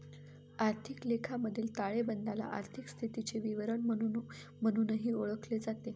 आर्थिक लेखामधील ताळेबंदाला आर्थिक स्थितीचे विवरण म्हणूनही ओळखले जाते